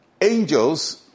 angels